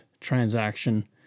transaction